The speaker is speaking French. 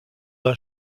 d’un